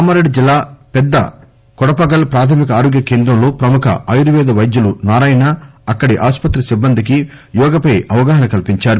కామారెడ్డి జిల్లా పెద్ద కొడపగల్ ప్రాథమిక ఆరోగ్య కేంద్రం లో ప్రముఖ ఆయుర్వేద వైద్యులు నారాయణ అక్కడి ఆసుపత్రి సిబ్బంది కి యోగా పై అవగాహన కల్సించారు